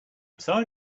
sorry